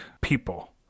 people